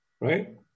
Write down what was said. right